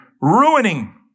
ruining